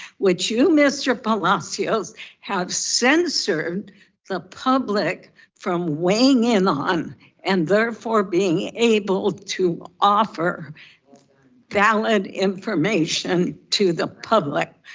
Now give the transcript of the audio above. which you mr. palacios have censored the public from weighing in on and therefore being able to offer valid information to the public.